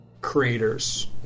creators